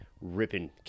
ripping